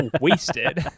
wasted